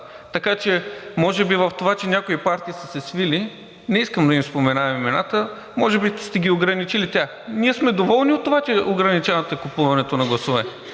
Така че може би в това, че някои партии са се свили, не искам да им споменавам имената, може би сте ограничили тях. Ние сме доволни от това, че ограничавате купуването на гласове.